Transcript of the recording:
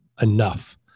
enough